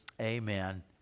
Amen